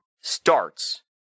starts